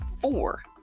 Four